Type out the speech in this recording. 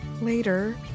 Later